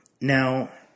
Now